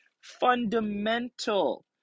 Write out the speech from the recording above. fundamental